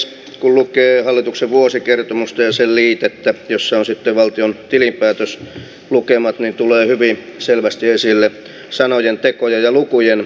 kun lukee hallituksen vuosikertomusta ja sen liitettä jossa ovat sitten valtion tilinpäätöslukemat niin tulee hyvin selvästi esille sanojen tekojen ja lukujen ristiriita